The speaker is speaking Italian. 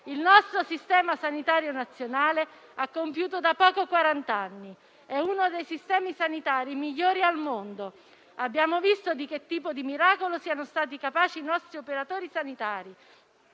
Il nostro Servizio sanitario nazionale ha da poco compiuto quarant'anni; è uno dei sistemi sanitari migliori al mondo, abbiamo visto di che tipo di miracolo siano stati capaci i nostri operatori sanitari,